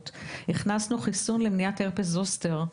הכנסנו גם חיסון למניעת הרפס זוסטר,